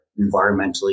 environmentally